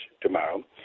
tomorrow